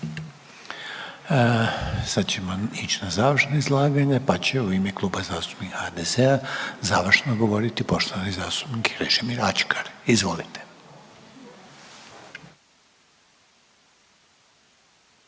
Sad ćemo ići na završna izlaganja, pa će u ime Kluba zastupnika HDZ-a završno govoriti poštovani zastupnik Krešimir Ačkar, izvolite.